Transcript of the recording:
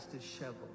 disheveled